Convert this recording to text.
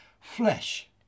flesh